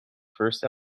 first